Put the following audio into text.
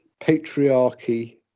patriarchy